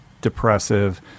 depressive